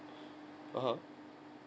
(uh huh)